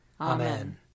Amen